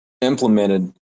implemented